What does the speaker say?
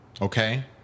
Okay